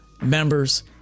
members